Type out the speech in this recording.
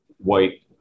white